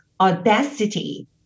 audacity